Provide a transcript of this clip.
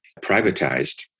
privatized